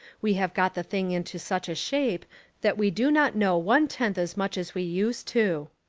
we have got the thing into such a shape that we do not know one-tenth as much as we used to.